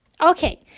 Okay